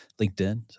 LinkedIn